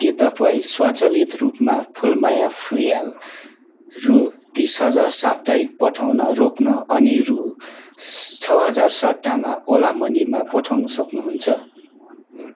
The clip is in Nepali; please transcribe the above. के तपाईँ स्वचालित रूपमा फुलमाया फुँयाल रु तिस हजार साप्ताहिक पठाउन रोक्न अनि रु छ हजार सट्टामा ओला मनीमा पठाउनु सक्नुहुन्छ